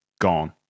gone